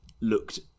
looked